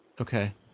Okay